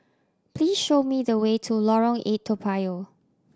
please show me the way to Lorong Eight Toa Payoh